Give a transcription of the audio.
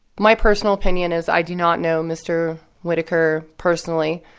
my personal opinion is, i do not know mr. whitaker personally.